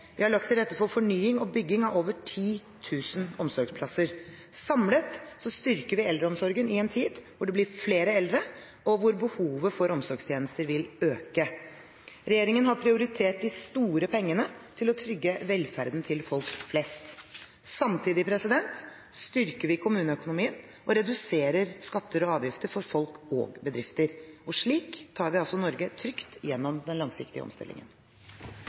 Vi har lagt til rette for fornying og bygging av over 10 000 omsorgsplasser. Samlet sett styrker vi eldreomsorgen, i en tid hvor det blir flere eldre, og hvor behovet for omsorgstjenester vil øke. Regjeringen har prioritert de store pengene til å trygge velferden til folk flest. Samtidig styrker vi kommuneøkonomien og reduserer skatter og avgifter for folk og bedrifter. Slik tar vi altså Norge trygt gjennom den langsiktige omstillingen.